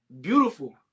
beautiful